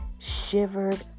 Shivered